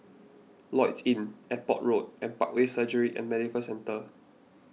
Lloyds Inn Airport Road and Parkway Surgery and Medical Centre